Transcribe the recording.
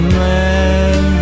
man